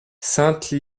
sainte